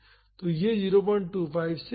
तो यह 025 से अधिक है